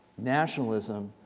nationalism,